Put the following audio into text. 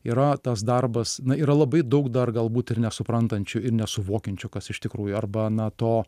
yra tas darbas na yra labai daug dar galbūt ir nesuprantančių ir nesuvokiančių kas iš tikrųjų arba na to